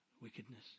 Wickedness